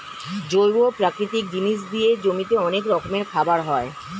জৈব প্রাকৃতিক জিনিস দিয়ে জমিতে অনেক রকমের খাবার হয়